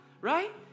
right